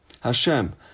Hashem